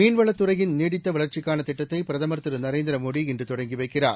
மீன்வளத் துறையின் நீடித்த வளர்ச்சிக்காள திட்டத்தை பிரதமர் திரு நரேந்திரமோடி இன்று தொடங்கி வைக்கிறார்